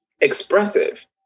expressive